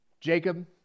Jacob